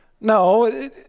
No